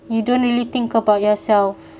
you don't really think about yourself